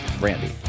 Randy